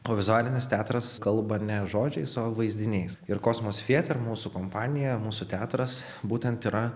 o vizualinis teatras kalba ne žodžiais o vaizdiniais ir kosmose fieter mūsų kompanija mūsų teatras būtent yra